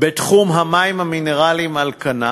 בתחום המים המינרליים על כנה.